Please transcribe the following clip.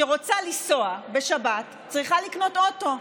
שרוצה לנסוע בשבת צריכה לקנות אוטו.